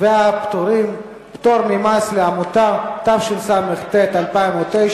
והפטורים (פטור ממס לעמותה), התשס"ט-2009.